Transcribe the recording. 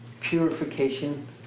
purification